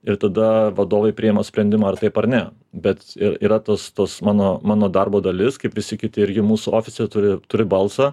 ir tada vadovai priima sprendimą ar taip ar ne bet ir yra tas tas mano mano darbo dalis kaip visi kiti irgi mūsų ofise turi turi balsą